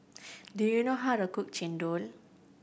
do you know how to cook Chendol